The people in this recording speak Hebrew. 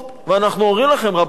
ואנחנו אומרים לכם: רבותי,